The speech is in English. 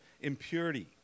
impurity